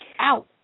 Ow